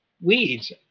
weeds